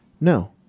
No